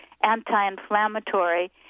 anti-inflammatory